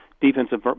defensive